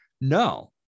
No